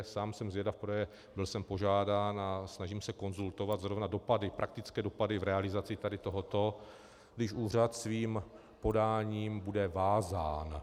Sám jsem zvědav, protože byl jsem požádán a snažím se konzultovat zrovna praktické dopady v realizaci tady tohoto, když úřad svým podáním bude vázán.